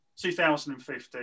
2015